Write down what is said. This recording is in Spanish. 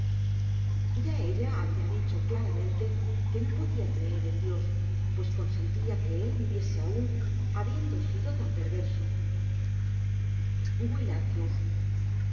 ya ella habia dicho claramente que no podia creer en dios pues consentia que él viviese aun habiendo sido lan perverso